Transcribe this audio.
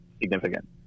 significant